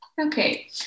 Okay